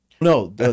no